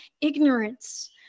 ignorance